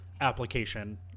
application